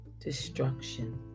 destruction